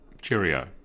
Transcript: Cheerio